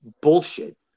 bullshit